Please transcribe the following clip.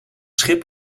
schip